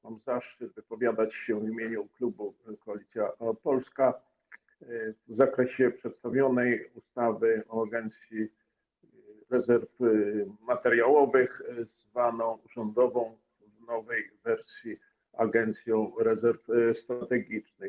Mam zaszczyt wypowiadać się w imieniu klubu Koalicja Polska w zakresie przedstawionej ustawy o Agencji Rezerw Materiałowych, zwanej rządową, w nowej wersji Agencji Rezerw Strategicznych.